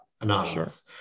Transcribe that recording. anonymous